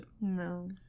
No